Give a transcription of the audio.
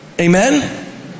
Amen